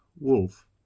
wolf